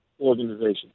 organization